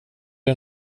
dig